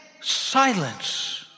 silence